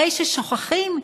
הרי ששוכחים,